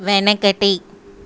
వెనకటి